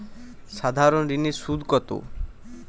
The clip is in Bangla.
সাধারণ ঋণের সুদ কত?